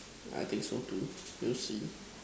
yeah I think so too we'll see